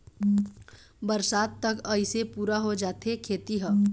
बरसात तक अइसे पुरा हो जाथे खेती ह